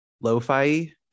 lo-fi